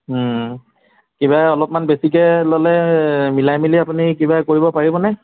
কিবা অলপমান বেছিকৈ ল'লে মিলাই মিলি আপুনি কিবা কৰিব পাৰিব নে